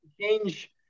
change